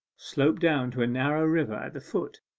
sloped down to a narrow river at the foot,